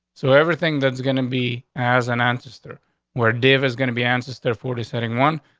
so everything that's gonna be as an ancestor where dave is gonna be answers there forty setting one.